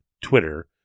Twitter